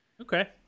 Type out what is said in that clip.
Okay